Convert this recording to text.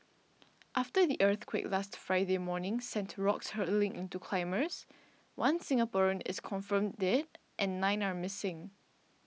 after the earthquake last Friday morning sent rocks hurtling into climbers one Singaporean is confirmed dead and nine are missing